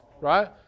right